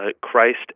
Christ